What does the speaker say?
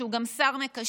שהוא גם שר מקשר,